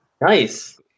Nice